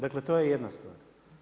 Dale to je jedna stvar.